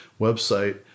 website